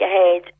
ahead